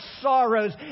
sorrows